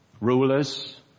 rulers